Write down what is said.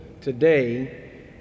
today